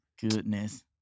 Goodness